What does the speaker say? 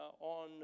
on